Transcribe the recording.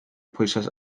pwyslais